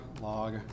log